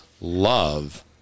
love